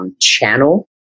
channel